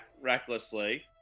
recklessly